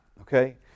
Okay